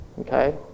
Okay